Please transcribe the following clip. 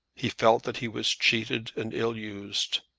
he felt that he was cheated and ill-used,